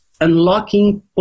unlocking